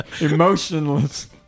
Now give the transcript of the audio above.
emotionless